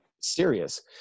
serious